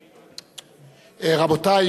רבותי,